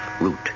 root